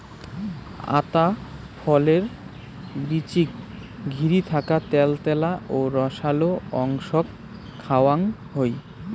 আতা ফলের বীচিক ঘিরি থাকা ত্যালত্যালা ও রসালো অংশক খাওয়াং হই